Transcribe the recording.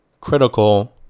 critical